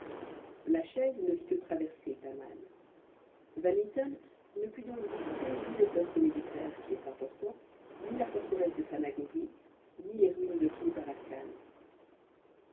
la chaise ne fit que traverser taman van mitten ne put donc visiter ni le poste militaire qui est important ni la forteresse de phanagorie ni les ruines de tmoutarakan